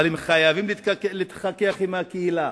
הם חייבים להתחכך עם הקהילה,